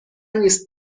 نیست